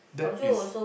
that is